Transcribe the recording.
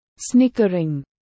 Snickering